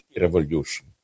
Revolution